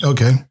Okay